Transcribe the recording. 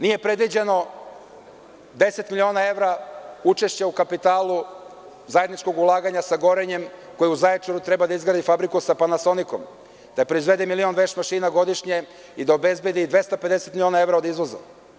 Nije predviđeno 10 miliona evra učešća u kapitalu zajedničkog ulaganja sa „Gorenjem“, koji u Zaječaru treba da izgradi fabriku sa „Panasonikom“, da proizvede milion veš mašina godišnje i da obezbedi 250 miliona evra od izvoza.